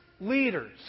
leaders